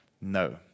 No